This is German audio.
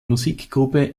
musikgruppe